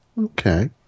Okay